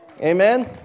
Amen